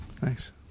Thanks